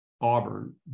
Auburn